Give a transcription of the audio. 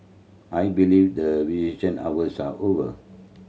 I believe the visitation hours are over